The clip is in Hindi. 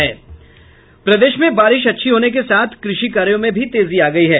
प्रदेश में बारिश अच्छी होने के साथ कृषि कार्यों में तेजी आयी है